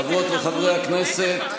חברות וחברי הכנסת,